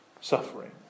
suffering